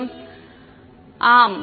மாணவர் ஆம்